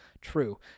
true